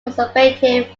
conservative